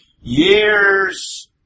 years